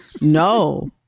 no